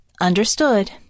Understood